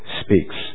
speaks